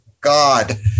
god